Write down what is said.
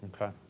Okay